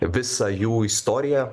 visą jų istoriją gyvavimo sekė